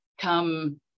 come